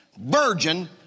virgin